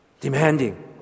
demanding